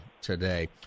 today